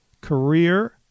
Career